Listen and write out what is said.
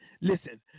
Listen